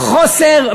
בו חוסר,